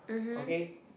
okay